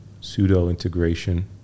pseudo-integration